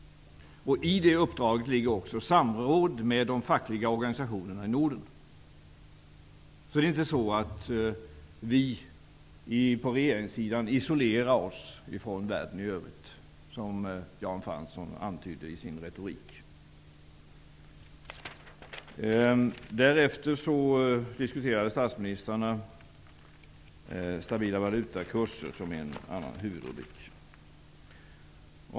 I detta uppdrag ligger också samråd med de fackliga organisationerna i Norden. Det är alltså inte så, att vi på regeringssidan isolerar oss från världen i övrigt, som Jan Fransson antydde i sin retorik. Statsministrarna diskuterade även stabila valutakurser, som var en annan huvudrubrik.